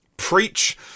Preach